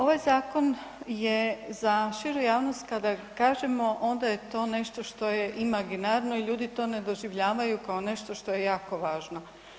Ovaj zakon je za širu javnost kada kažemo onda je to nešto što je imaginarno i ljudi to ne doživljavaju kao nešto što je jako važno.